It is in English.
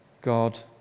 God